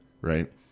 right